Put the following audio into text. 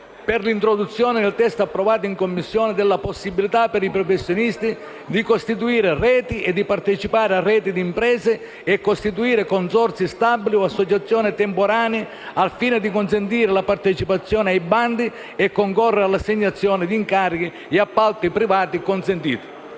per l'introduzione, nel testo approvato in Commissione, della possibilità per i professionisti di costituire reti e di partecipare a reti di imprese e costituire consorzi stabili o associazioni temporanee, al fine di consentire la partecipazione ai bandi e concorrere all'assegnazione di incarichi e appalti privati consentiti.